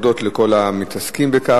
תודות לכל המתעסקים בכך.